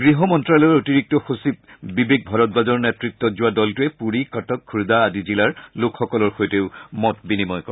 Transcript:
গৃহ মন্ত্যালয়ৰ অতিৰিক্ত সচিব বিবেক ভৰদ্বাজৰ নেতৃত্বত যোৱা দলটোৱে পুৰী কটক খুৰ্দা আদি জিলাৰ লোকসকলৰ সৈতে মত বিনিময়ও কৰে